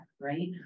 right